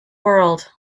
world